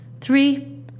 three